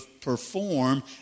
perform